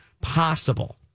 possible